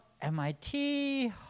MIT